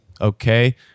Okay